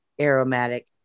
aromatic